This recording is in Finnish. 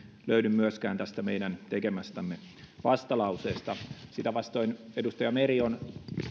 löydy myöskään meidän tekemästämme vastalauseesta sitä vastoin edustaja meri on